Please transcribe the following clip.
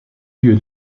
lieu